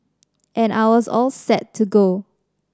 and I was all set to go